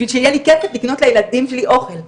בשביל שיהיה לי כסף לקנות לילדים שלי אוכל.